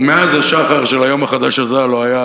ומאז השחר של היום החדש הזה לא היה,